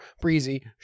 breezy